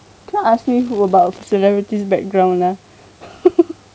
cannot ask me who about celebrities background ah